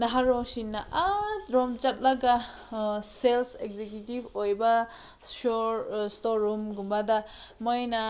ꯅꯍꯥꯔꯣꯜꯁꯤꯡꯅ ꯑꯥ ꯂꯣꯝ ꯆꯠꯂꯒ ꯁꯦꯜꯁ ꯑꯦꯛꯁꯤꯀ꯭ꯌꯨꯇꯤꯞ ꯑꯣꯏꯕ ꯏꯁꯇꯣꯔꯔꯨꯝꯒꯨꯝꯕꯗ ꯃꯣꯏꯅ